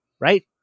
right